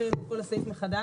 הקראנו את כל הסעיף מחדש.